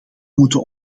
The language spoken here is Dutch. moeten